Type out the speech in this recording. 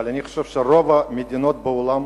אבל אני חושב שרוב המדינות בעולם